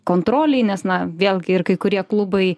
kontrolei nes na vėlgi ir kai kurie klubai